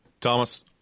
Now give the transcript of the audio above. Thomas